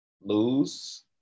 Lose